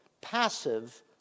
passive